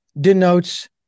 denotes